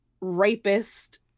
rapist